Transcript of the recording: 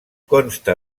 consta